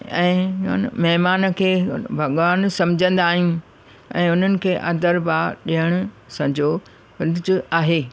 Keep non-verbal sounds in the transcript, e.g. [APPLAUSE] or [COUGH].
ऐं उन महिमान खे भॻिवान सम्झंदा आहियूं ऐं हुननि खे आदर भाव ॾियण सॼो [UNINTELLIGIBLE] आहे